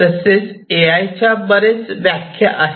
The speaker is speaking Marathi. तसेच ए आय च्या बरेच व्याख्या आहेत